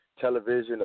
television